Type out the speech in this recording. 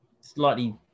slightly